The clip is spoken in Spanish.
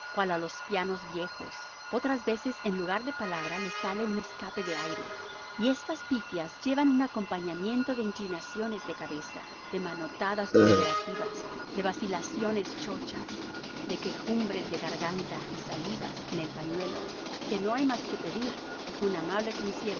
los pianos viejos otras veces en lugar de palabra le sale un escape de aire y estas pifias llevan un acompañamiento de inclinaciones de cabeza de manotadas ponderativas de vacilaciones chochas de quejumbres de garganta y salivas en el pañuelo que no hay más que pedir un amable